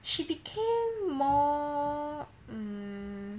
she became more mm